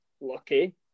Lucky